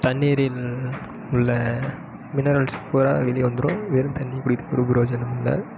தண்ணீரில் உள்ள மினரல்ஸ் பூரா வெளி வந்திடும் வெறும் தண்ணியை குடித்து ஒரு பிரோஜனமும் இல்லை